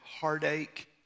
heartache